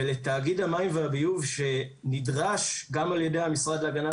ולתאגיד המים והביוב שנדרש גם על ידי המשרד להגנת